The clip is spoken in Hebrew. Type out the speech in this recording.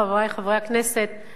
חברי חברי הכנסת,